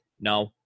No